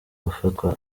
gufatwa